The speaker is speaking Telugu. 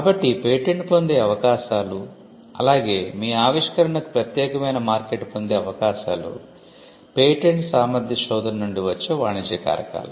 కాబట్టి పేటెంట్ పొందే అవకాశాలు అలాగే మీ ఆవిష్కరణకు ప్రత్యేకమైన మార్కెట్ పొందే అవకాశాలు పేటెంట్ సామర్థ్య శోధన నుండి వచ్చే వాణిజ్య కారణాలు